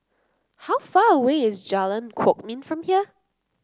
how far away is Jalan Kwok Min from here